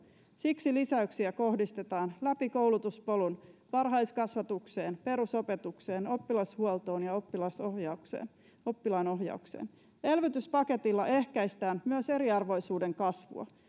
siksi lisäyksiä kohdistetaan läpi koulutuspolun varhaiskasvatukseen perusopetukseen oppilashuoltoon ja oppilaanohjaukseen oppilaanohjaukseen elvytyspaketilla ehkäistään myös eriarvoisuuden kasvua